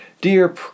Dear